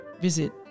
visit